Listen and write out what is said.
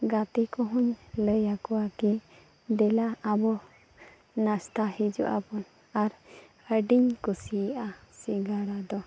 ᱜᱟᱛᱮ ᱠᱚᱦᱚᱧ ᱞᱟᱹᱭ ᱟᱠᱚᱣᱟ ᱠᱤ ᱫᱮᱞᱟ ᱟᱵᱚ ᱱᱟᱥᱛᱟ ᱦᱤᱡᱩᱜ ᱟᱵᱚᱱ ᱟᱨ ᱟᱹᱰᱤᱧ ᱠᱩᱥᱤᱭᱟᱜᱼᱟ ᱥᱮ ᱥᱤᱸᱜᱟᱲᱟ ᱫᱚ